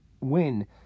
win